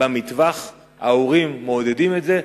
ההורים מעודדים את זה,